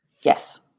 Yes